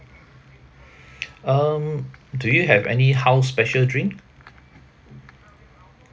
um do you have any house special drink